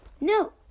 No